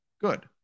good